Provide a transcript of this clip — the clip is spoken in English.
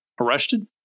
arrested